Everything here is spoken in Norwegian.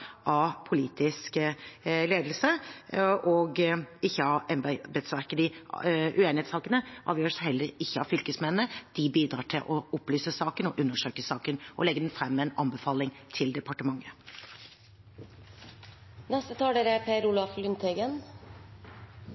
av politisk ledelse og ikke av embetsverket. Uenighetssakene avgjøres heller ikke av fylkesmennene; de bidrar til å opplyse og undersøke saken og legge fram en anbefaling til departementet. Det er